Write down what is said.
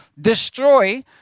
destroy